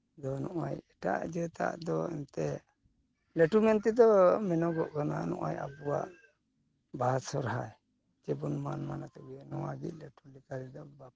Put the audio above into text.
ᱟᱫᱚ ᱱᱚᱜᱼᱚᱸᱭ ᱮᱴᱟᱜ ᱡᱟᱹᱛᱟᱜ ᱫᱚ ᱮᱱᱛᱮᱜ ᱞᱟᱹᱴᱩ ᱢᱮᱱ ᱛᱮᱫᱚ ᱢᱮᱱᱚᱜᱚᱜ ᱠᱟᱱᱟ ᱱᱚᱜᱼᱚᱸᱭ ᱟᱵᱚᱣᱟᱜ ᱵᱟᱦᱟ ᱥᱚᱨᱦᱟᱭ ᱡᱮᱵᱚᱱ ᱢᱟᱱ ᱢᱟᱱᱚᱛ ᱟᱹᱜᱩᱭᱮᱜᱼᱟ ᱱᱚᱣᱟ ᱜᱮ ᱞᱟᱹᱴᱩ ᱛᱮᱫᱚ ᱵᱟᱵᱚᱱ